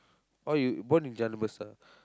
orh you born in Jalan-Besar